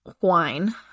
wine